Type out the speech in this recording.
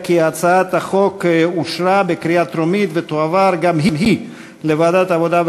ההצעה עברה בקריאה טרומית ואנחנו נעביר אותה לוועדת העבודה,